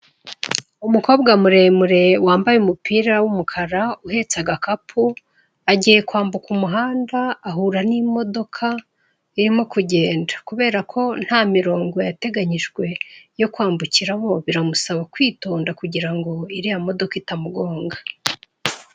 Umukobwa muremure wambaye umupira w'umukara, uhetse agakapu, agiye kwambuka umuhanda ahura n'imodoka irimo kugenda kubera ko ntamirongo yateganijwe yo kwambukiraho, biramusaba kwitonda kugira ngo iriya modoka itamugonga.